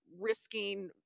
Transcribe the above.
risking